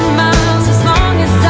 miles as long as